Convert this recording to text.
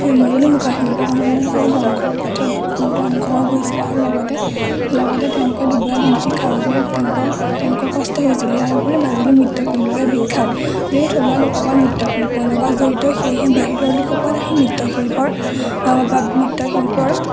সেই মাজুলী মুখাশিল্পসমূহৰ ধ্বংসৰ পথত ধ্বংস হৈ গৈছিল আৰু লগতে লগতে তেওঁলোকে দুবেলা দুমুঠি খাবৰ বাবে তেওঁলোকৰ তেওঁলোকৰ কষ্ট হৈছিল ইয়াৰ উপৰি মাজুলী মৃৎশিল্পৰ বাবে বিখ্যাত যিহেতু থলুৱা লোকসকল মৃৎশিল্পৰ লগত জড়িত সেয়েহে বাহিৰৰ লোকসকল আহি মৃৎশিল্পৰ বা মৃৎশিল্পৰ